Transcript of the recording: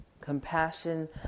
Compassion